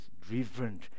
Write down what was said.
driven